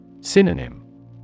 Synonym